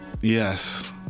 Yes